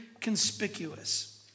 conspicuous